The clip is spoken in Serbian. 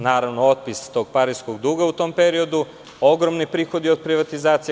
Naravno, otpis tog pariskog duga u tom periodu, ogromni prihodi od privatizacije.